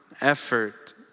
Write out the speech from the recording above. effort